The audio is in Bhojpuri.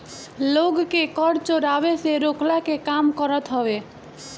लोग के कर चोरावे से रोकला के काम करत हवे